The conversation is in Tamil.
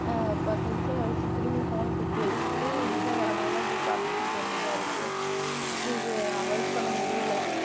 ஒரு பத்து நிமிஷம் கழித்து திரும்பி ஃபோனை தூக்கி வச்சுக்கிட்டு இன்ஸ்டாகிராமை தான் போய் பார்த்துட்டுருக்க வேண்டியதாக இருக்கு இது அவாய்ட் பண்ண முடியல